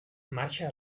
marxa